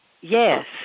Yes